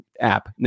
app